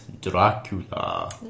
Dracula